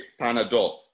Panadol